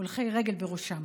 והולכי רגל בראשם?